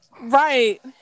Right